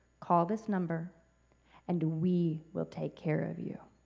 call this number and we will take care of you.